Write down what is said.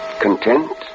Content